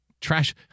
Trash